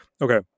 Okay